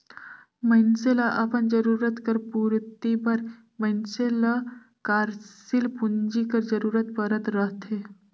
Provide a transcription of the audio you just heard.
मइनसे ल अपन जरूरत कर पूरति बर मइनसे ल कारसील पूंजी कर जरूरत परत रहथे